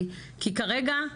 כי כרגע,